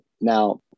Now